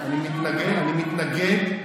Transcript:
למה אתה מתנגד?